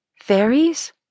Fairies